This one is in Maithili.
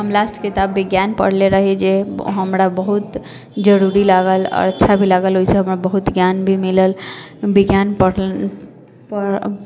हम लास्ट किताब विज्ञान पढ़ले रहि जे हमरा बहुत जरुरी लागल आओर अच्छा भी लागल ओहिसँ हमरा बहुत ज्ञान भी मिलल विज्ञान पढ़ल